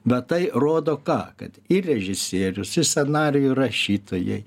bet tai rodo ką kad ir režisierius i scenarijų rašytojai